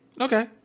okay